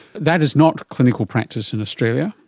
that is not clinical practice in australia.